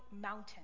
mountain